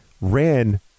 ran